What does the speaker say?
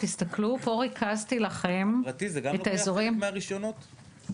פה ריכזתי לכם את האזורים.